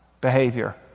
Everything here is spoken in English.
behavior